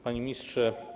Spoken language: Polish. Panie Ministrze!